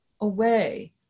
away